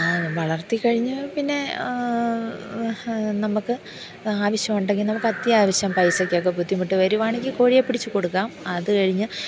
വളർത്തി കഴിഞ്ഞു പിന്നെ നമുക്ക് ആവശ്യമുണ്ടെങ്കിൽ നമുക്ക് അത്യാവശ്യം പൈസക്കൊക്കെ ബുദ്ധിമുട്ട് വരികയാണെങ്കിൽ കോഴിയെ പിടിച്ചു കൊടുക്കാം അത് കഴിഞ്ഞു